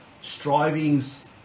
strivings